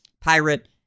Pirate